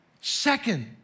second